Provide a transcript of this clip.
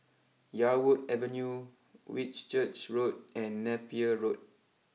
Yarwood Avenue Whitchurch Road and Napier Road